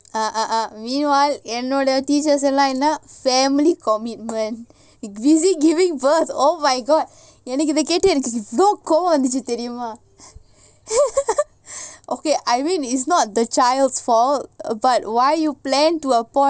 ah ah ah meanwhile என்னோட:ennoda teachers la family commitment busy giving birth oh my god எனக்குஇதகேட்டுஎவ்ளோகோபம்வந்துச்சுதெரியுமா:enaku idha ketu evlo kobam vandhuchu theriuma okay I mean it's not the child's fault but why you plan to a